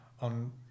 on